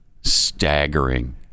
staggering